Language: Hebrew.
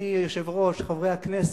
אדוני היושב-ראש, חברי הכנסת,